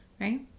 Right